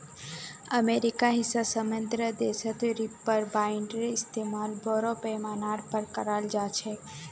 अमेरिकार हिस्सा समृद्ध देशत रीपर बाइंडरेर इस्तमाल बोरो पैमानार पर कराल जा छेक